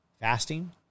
Fasting